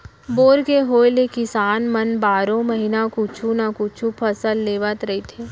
bore के होए ले किसान मन बारो महिना कुछु न कुछु फसल लेवत रहिथे